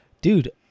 Dude